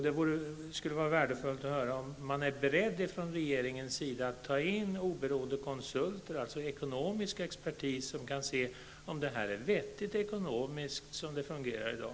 Det skulle vara värdefullt att höra om man från regeringens sida är beredd att ta in en oberoende konsult, en ekonomisk expert, som kan se om det är vettigt ekonomiskt så som det fungerar i dag.